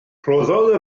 rhoddodd